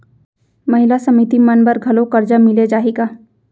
महिला समिति मन बर घलो करजा मिले जाही का?